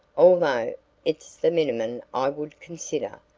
although it's the minimum i would consider.